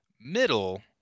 middle